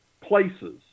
Places